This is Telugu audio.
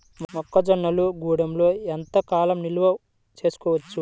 మొక్క జొన్నలు గూడంలో ఎంత కాలం నిల్వ చేసుకోవచ్చు?